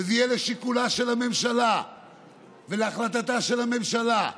וזה יהיה לשיקולה של הממשלה ולהחלטתה של הממשלה.